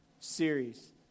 series